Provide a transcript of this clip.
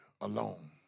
alone